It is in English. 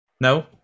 No